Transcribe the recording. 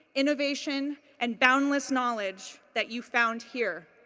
innovation and boundless knowledge that you found here.